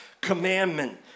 commandment